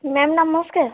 ma'am ନମସ୍କାର